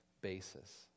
basis